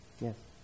Yes